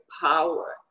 power